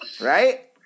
Right